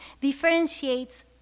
differentiates